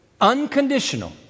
unconditional